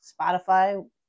Spotify